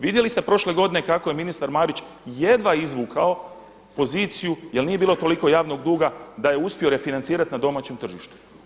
Vidjeli ste prošle godine kako je ministar Marić jedva izvukao poziciju jer nije bilo toliko javnog duga da je uspio refinancirati na domaćem tržištu.